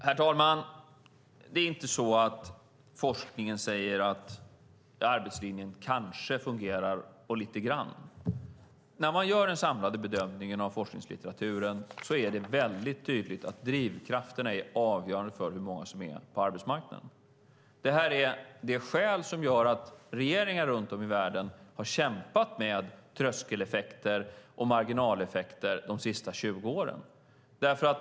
Herr talman! Det är inte så att forskningen säger att arbetslinjen kanske fungerar och att den fungerar lite grann. När man gör en samlad bedömning av forskningslitteraturen är det tydligt att drivkrafterna är avgörande för hur många som är på arbetsmarknaden. Det är anledningen till att regeringar runt om i världen kämpat med tröskeleffekter och marginaleffekter de senaste 20 åren.